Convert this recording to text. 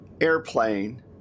airplane